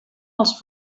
els